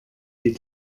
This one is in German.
die